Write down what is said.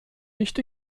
nicht